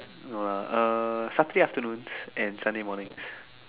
no lah uh Saturday afternoon and Sunday morning